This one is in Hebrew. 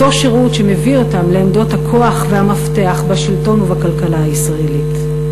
אותו שירות שמביא אותם לעמדות הכוח והמפתח בשלטון ובכלכלה הישראלית.